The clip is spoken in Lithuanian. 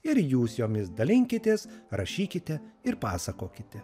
ir jūs jomis dalinkitės rašykite ir pasakokite